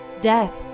death